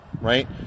right